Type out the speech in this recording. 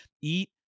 eat